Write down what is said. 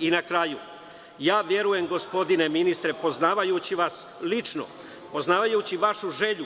I na kraju ja verujem gospodine ministre poznavajući vas lično, poznavajući vašu želju,